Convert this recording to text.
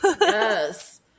Yes